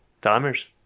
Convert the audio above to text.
timers